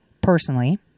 personally